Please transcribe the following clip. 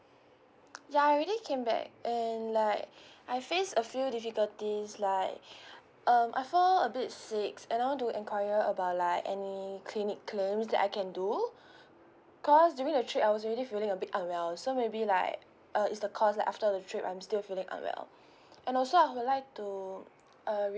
ya I already came back in like I face a few difficulties like um I fall a bit sick and I want to inquire about like any clinic claims that I can do because during the trip I was really feeling a bit unwell so maybe like a is the cause like after the trip I'm still feeling unwell and also I would like to uh